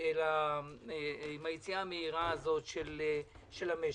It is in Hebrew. של המשק.